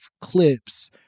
clips